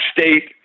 State